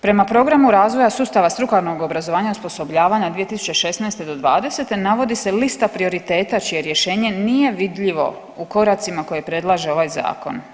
Prema programu razvoja sustava strukovnog obrazovanja i osposobljavanja 2016. do dvadesete navodi se lista prioriteta čije rješenje nije vidljivo u koracima koje predlaže ovaj zakon.